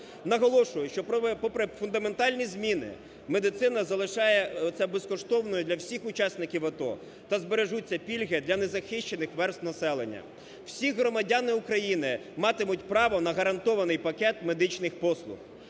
Наголошую, що попри фундаментальні зміни медицина залишається безкоштовною для всіх учасників АТО та збережуться пільги для незахищених верств населення. Всі громадяни України матимуть право на гарантований пакет медичних послуг.